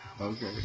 Okay